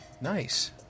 Nice